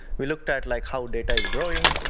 we looked at like how data is growing,